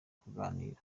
kuganira